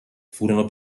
furono